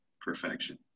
perfection